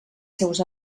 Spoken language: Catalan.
seus